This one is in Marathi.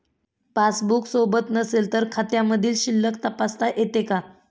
पासबूक सोबत नसेल तर खात्यामधील शिल्लक तपासता येते का?